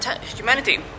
humanity